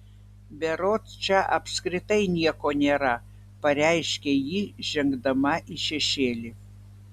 berods čia apskritai nieko nėra pareiškė ji žengdama į šešėlį